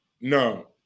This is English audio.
No